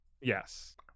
Yes